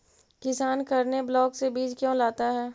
किसान करने ब्लाक से बीज क्यों लाता है?